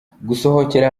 gusohokera